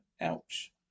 Ouch